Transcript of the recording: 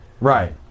Right